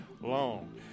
long